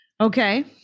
Okay